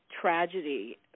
tragedy